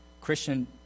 Christian